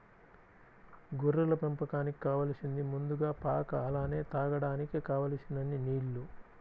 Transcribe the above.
గొర్రెల పెంపకానికి కావాలసింది ముందుగా పాక అలానే తాగడానికి కావలసినన్ని నీల్లు